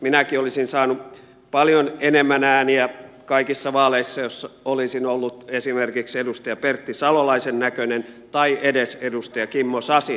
minäkin olisin saanut paljon enemmän ääniä kaikissa vaaleissa jos olisin ollut esimerkiksi edustaja pertti salolaisen näköinen tai edes edustaja kimmo sasin näköinen